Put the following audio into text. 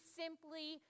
simply